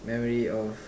marry of